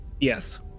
Yes